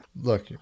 look